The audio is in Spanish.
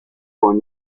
con